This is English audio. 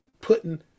putting